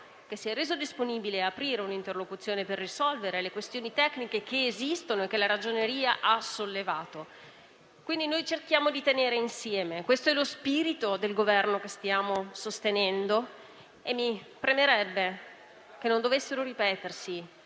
che si è reso disponibile ad aprire un'interlocuzione per risolvere le questioni tecniche che esistono e che la Ragioneria ha sollevato. Cerchiamo quindi di tenere insieme tutto. Questo è lo spirito del Governo che stiamo sostenendo e mi preme che non si ripetano